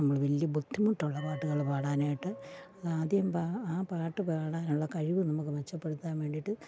നമ്മൾ വലിയ ബുദ്ധിമുട്ടുള്ള പാട്ടുകൾ പാടാനായിട്ട് ആദ്യം ആ പാട്ട് പാടാനുള്ള കഴിവ് നമുക്ക് മെച്ചപ്പെടുത്താൻ വേണ്ടിയിട്ട്